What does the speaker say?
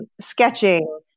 sketching